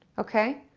okay?